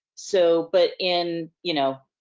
so but in, you know,